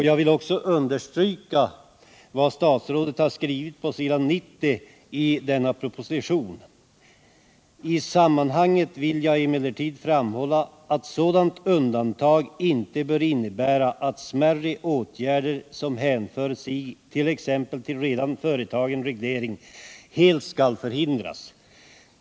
Jag vill också understryka vad statsrådet skrivit på s. 90 i propositionen: ”I sammanhanget vill jag emellertid framhålla att sådant undantag inte bör innebära att smärre åtgärder som hänför sig t.ex. till redan företagen reglering helt skall förhindras.